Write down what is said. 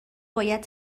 باید